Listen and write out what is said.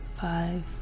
five